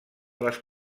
les